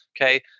Okay